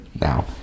now